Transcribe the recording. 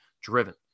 driven